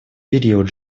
период